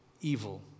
evil